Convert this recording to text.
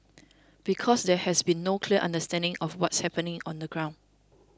because there has been no clear understanding of what's happening on the ground